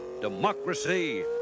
Democracy